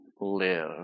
live